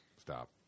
stop